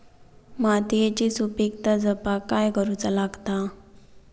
मातीयेची सुपीकता जपाक काय करूचा लागता?